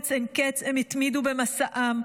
באומץ אין קץ הם התמידו במסעם,